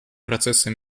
процесса